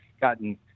gotten